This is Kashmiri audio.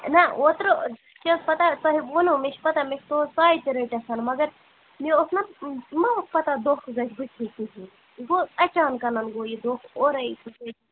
نہَ اوترٕ چھِ حظ پتاہ تۄہہِ ووٚنوٕ مےٚ چھِ پتاہ مےٚ چھِ تُہٕنٛز ساے تہِ رٔٹِتھ مگر مےٚ اوس نا وۅنۍ ما اوس پتاہ دھونٛکہٕ گژھِ بُتھی کِہیٖنٛۍ یہِ گوٚو اچانٛکَن گوٚو یہِ دھونٛکہٕ اورٕے